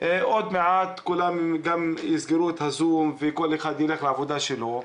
עוד מעט כולם גם יסגרו את הזום וכל אחד יילך לעבודה שלו,